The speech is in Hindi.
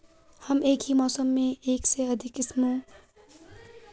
हम एक ही मौसम में एक से अधिक किस्म के बीजों का उपयोग कैसे करेंगे?